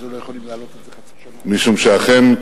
משום שאכן,